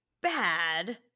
bad